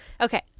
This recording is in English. Okay